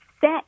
set